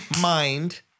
mind